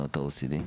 במדינות ה-OECD?